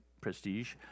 prestige